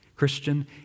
Christian